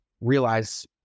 realize